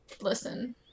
Listen